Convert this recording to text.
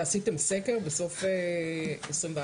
ועשיתם סקר בסוף 21'?